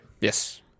Yes